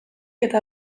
eta